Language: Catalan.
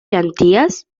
llenties